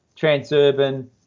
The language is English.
Transurban